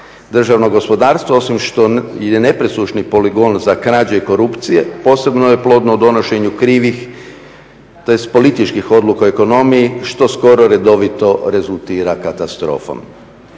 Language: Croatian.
Državno gospodarstvo osim što je nepresušni poligon za krađe i korupcije posebno je plodno donošenju krivih političkih odluka u ekonomiji što skoro redovito rezultira katastrofom.